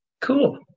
Cool